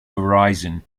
verizon